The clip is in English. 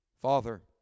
Father